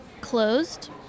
closed